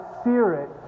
Spirit